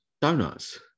donuts